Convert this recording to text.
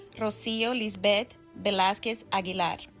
rocio lisbeth velasquez aguilar